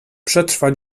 przetrwa